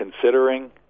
considering